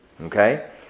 Okay